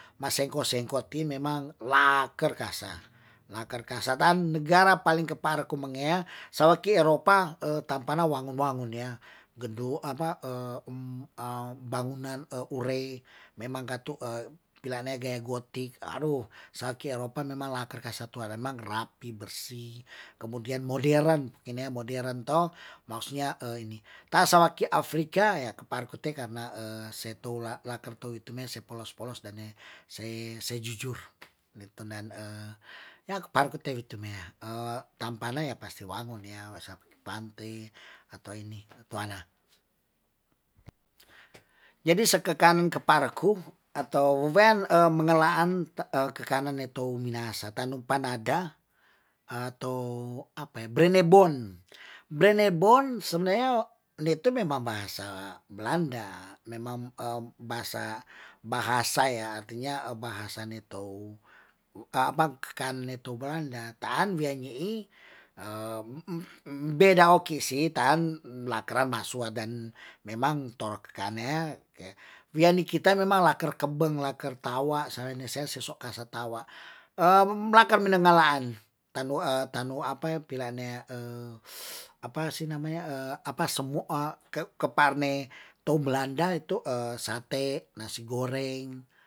Masengko sengko ti memang laker kasa, laker kasa tan negara paling kepare kumengea, sawaki eropa tampana wangun- wangun ya, apa gedu apa bangunan urei memang katu pila ne gaya gotik aduh sa ki eropa memang laker kasa tuaremang rapih, bersih, kemudian modern, ini modern toh, maksudnya ini tasawa ki afrika ya ke par kote karna se tou la- laker tou itu me se polos polos dan se jujur, netenan ke par kote wi tumea tampane pasti wangun nea wa sapake pante, atau ini plana. Jadi se kekan ke par ku atau wean mengelaan ke kanan ne tou minahasa tan panada atau apa brenebon, brenebon sebenarnya nitu memang bahasa blanda, memang bahasa, bahasa bahasa yang artinya ne tou ke kane tou belanda ta'an wiyani'i beda okisi tan, lakeran masua dan memang to kanea ke wiyani kita memang laker kebeng, laker tawa', sa ne sea se so kase tawa', laker menengalaan, tanu tanu apa, pilanea apa si namanya apa semu keparne tou belanda itu sate, nasi goreng.